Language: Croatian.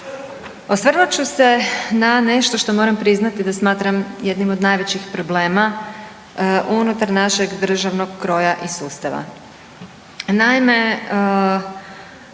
osvrnut ću se nešto što moram priznati da smatram jednim od najvećih problema unutar našeg državnog kroja i sustava.